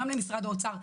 גם למשרד האוצר,